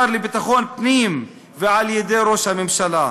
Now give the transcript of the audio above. על-ידי השר לביטחון פנים ועל-ידי ראש הממשלה.